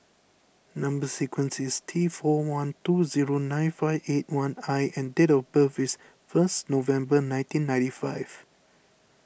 Number Sequence is T four one two zero nine five eight I and date of birth is first November nineteen ninety five